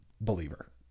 believer